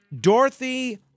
Dorothy